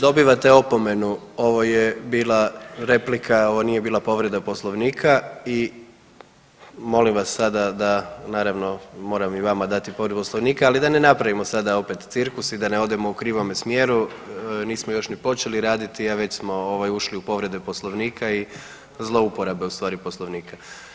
Kolega Piletić, dobivate opomenu, ovo je bila replika, ovo nije bila povreda Poslovnika i molim vas sada da naravno moram i vama dati povredu Poslovnika, ali da ne napravimo sada opet cirkus i da ne odemo u krivome smjeru, nismo još ni počeli raditi, a već smo ovaj ušli u povrede Poslovnika i zlouporabe u stvari Poslovnika.